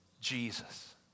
Jesus